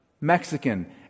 Mexican